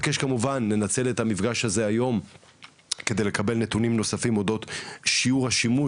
ננצל את המפגש הזה היום כדי לקבל נתונים נוספים אודות שיעור השימוש